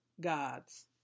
God's